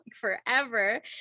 forever